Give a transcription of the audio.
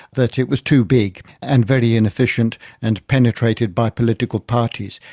that it was too big and very inefficient and penetrated by political parties.